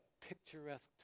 picturesque